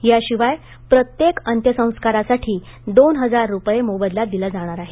याशिवाय प्रत्येक अंत्यसंस्कारासाठी दोन हजार रुपये मोबदला दिला जाणार आहे